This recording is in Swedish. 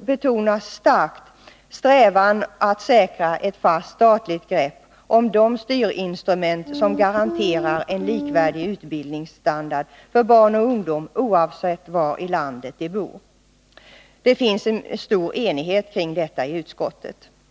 betonas starkt strävan att säkra ett fast statligt grepp om de styrinstrument som garanterar en likvärdig utbildningsstandard för barn och ungdom oavsett var i landet de bor. Det finns en stor enighet kring detta i utskottet.